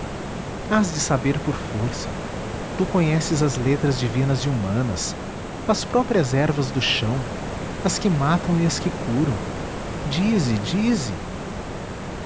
hás de saber por força tu conheces as letras divinas e humanas as próprias ervas do chão as que matam e as que curam dize dize